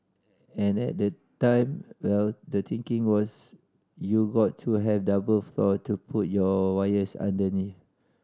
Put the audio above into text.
and at the time well the thinking was you got to have double floor to put your wires underneath